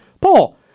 Paul